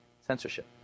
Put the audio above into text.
censorship